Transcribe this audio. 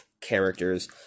characters